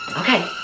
Okay